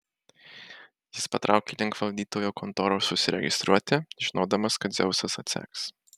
jis patraukė link valdytojo kontoros užsiregistruoti žinodamas kad dzeusas atseks